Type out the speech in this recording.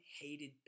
hated